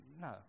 No